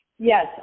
yes